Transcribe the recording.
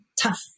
tough